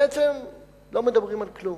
בעצם לא מדברים על כלום.